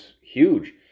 huge